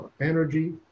energy